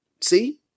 See